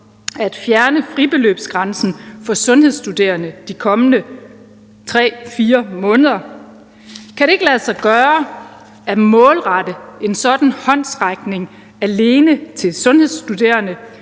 at fjerne fribeløbsgrænsen for sundhedsstuderende de kommende 3-4 måneder. Kan det ikke lade sig gøre at målrette en sådan håndsrækning alene til sundhedsstuderende,